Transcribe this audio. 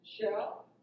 shell